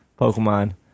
Pokemon